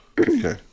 Okay